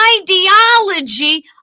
ideology